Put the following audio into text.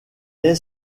est